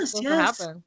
Yes